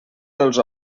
dels